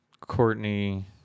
courtney